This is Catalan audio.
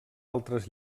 altres